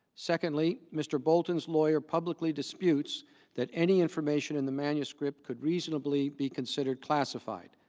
secondly, mr. bolton's lawyer publicly disputes that any information in the manuscript could reasonably be considered classified.